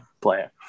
player